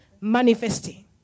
manifesting